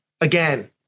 again